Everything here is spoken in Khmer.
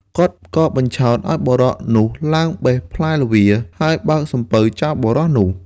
គាត់ក៏បញ្ឆោតឱ្យបុរសនោះឡើងបេះផ្លែល្វា ហើយបើកសំពៅចោលបុរសនោះ។